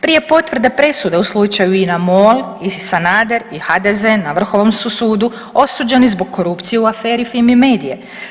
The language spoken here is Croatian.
Prije potvrde presude u slučaju INA-MOL i Sanader i HDZ, na Vrhovnom su sudu osuđeni zbog korupcije u aferi Fimi-media.